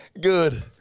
Good